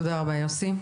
תודה רבה יוסי.